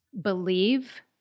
believe